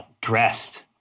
dressed